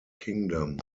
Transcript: kingdom